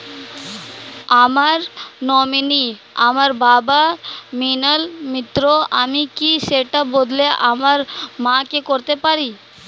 আমার নমিনি আমার বাবা, মৃণাল মিত্র, আমি কি সেটা বদলে আমার মা কে করতে পারি?